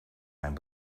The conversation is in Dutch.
mijn